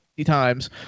Times